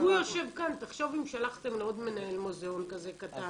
תחשוב אם שלחתם לעוד מנהל מוזיאון כזה קטן.